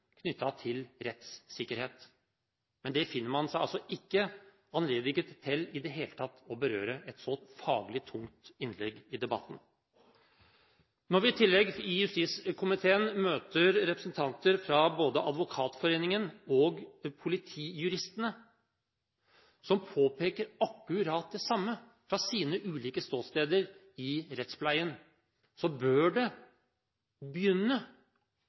til rettssikkerhet. Men et så faglig tungt innlegg i debatten finner man altså ikke i det hele tatt anledning til å berøre. Når vi i justiskomiteen i tillegg møter representanter både fra Advokatforeningen og Politijuristene som påpeker akkurat det samme fra sine ulike ståsteder i rettspleien, bør det begynne